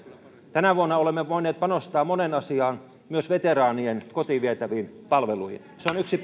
tänä vuonna olemme voineet panostaa moneen asiaan myös veteraanien kotiin vietäviin palveluihin se